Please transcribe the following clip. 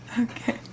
Okay